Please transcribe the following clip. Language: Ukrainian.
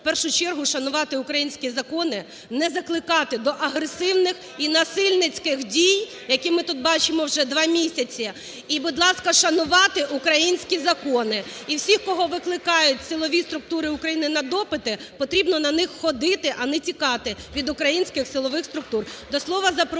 в першу чергу шанувати українські закони, не закликати до агресивних і насильницьких дій, які ми тут бачимо вже два місяці, і, будь ласка, шанувати українські закони. І всіх, кого викликають силові структури України на допити, потрібно на них ходити, а не тікати від українських силових структур. До слова запрошується